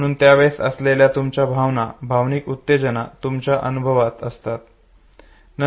म्हणून त्यावेळेस असलेल्या तुमच्या भावना भावनिक उत्तेजना तुमच्या अनुभवात असतात